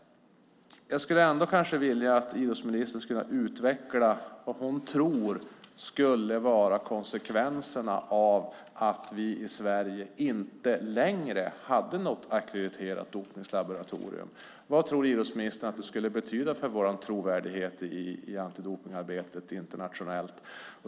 Jag skulle ändå vilja att idrottsministern utvecklar vad hon tror skulle bli konsekvensen om vi i Sverige inte längre hade något ackrediterat dopningslaboratorium. Vad tror idrottsministern att det skulle betyda för vår trovärdighet i antidopningsarbetet internationellt?